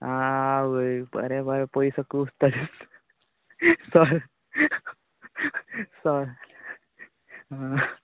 आवय बरें बरें पयसो कुसता